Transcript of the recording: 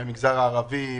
מהמגזר הערבי,